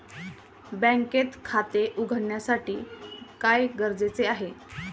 बँकेत खाते उघडण्यासाठी काय गरजेचे आहे?